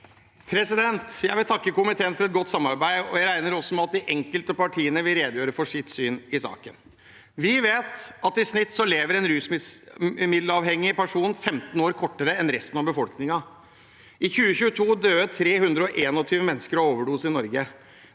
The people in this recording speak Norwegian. for saken): Jeg vil takke komiteen for godt samarbeid, og jeg regner med at de enkelte partiene vil redegjøre for sitt syn i saken. Vi vet at i snitt lever en rusmiddelavhengig person 15 år kortere enn resten av befolkningen. I 2022 døde 321 mennesker av overdose i Norge.